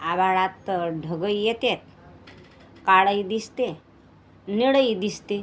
आभाळात ढगं येत्यात काळंही दिसते निळंही दिसते